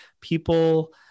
people